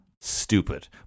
stupid